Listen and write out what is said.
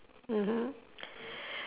mmhmm